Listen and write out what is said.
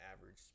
average